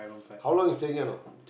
how long you staying here for